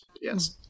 yes